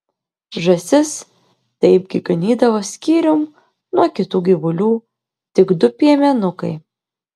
žąsis taipgi ganydavo skyrium nuo kitų gyvulių tik du piemenukai